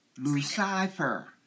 Lucifer